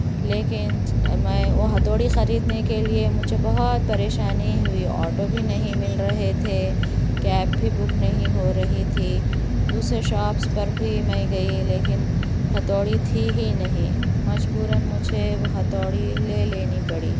لیکن میں وہ ہتھوڑی خریدنے کے لئے مجھے بہت پریشانی ہوئی آٹو بھی نہیں مِل رہے تھے کیب بھی بُک نہیں ہو رہی تھی دوسرے شاپس پر بھی میں گئی لیکن ہتھوڑی تھی ہی نہیں مجبوراً مجھے وہ ہتھوڑی لے لینی پڑی